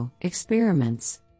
experiments